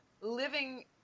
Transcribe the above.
living